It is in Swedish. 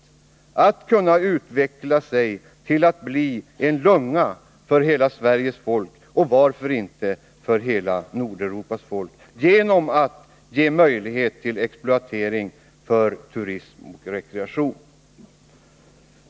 Denna bygd skulle kunna utveckla sig till en lunga för hela Sveriges folk, ja, varför inte för hela Nordeuropas folk, genom att den ges möjlighet till exploatering av turism och rekreation.